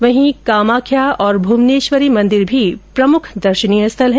वहीं कामख्या और भूवनेश्वरी मंदिर भी प्रमुख दर्शनीय स्थल है